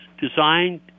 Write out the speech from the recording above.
designed